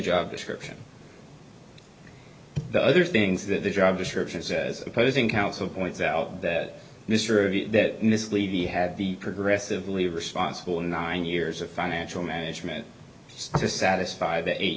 job description the other things that the job description says opposing counsel points out that mr v that mrs levy had the progressive leave responsible in nine years of financial management to satisfy the eight